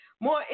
More